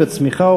התשע"ד 2013,